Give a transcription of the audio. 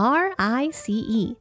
rice